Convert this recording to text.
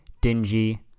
dingy